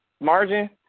margin